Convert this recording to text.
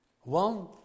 One